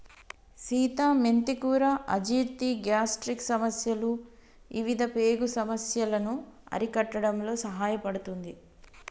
సీత మెంతి కూర అజీర్తి, గ్యాస్ట్రిక్ సమస్యలు ఇవిధ పేగు సమస్యలను అరికట్టడంలో సహాయపడుతుంది